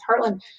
Heartland